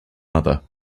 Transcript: mother